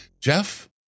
Jeff